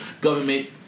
Government